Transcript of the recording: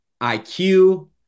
IQ